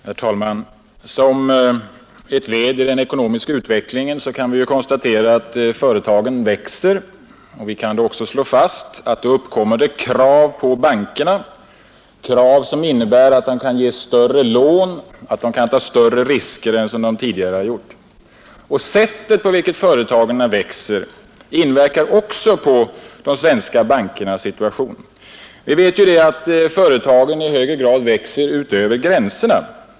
Herr talman! Som ett led i den ekonomiska utvecklingen kan vi konstatera att företagen växer. Vi kan också slå fast att det uppkommer krav på bankerna att ge större lån och ta större risker än tidigare. Det sätt på vilket företagen växer inverkar också på de svenska bankernas situation. Vi vet att företagen i hög grad växer ute över gränserna.